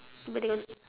but they got